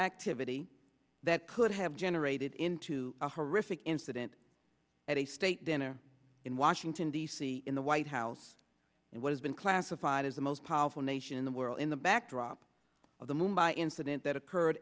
activity that could have generated into a horrific incident at a state dinner in washington d c in the white house and what has been classified as the most powerful nation in the world in the backdrop of the move by incident that occurred